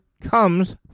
comes